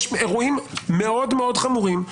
יש אירועים מאוד מאוד חמורים.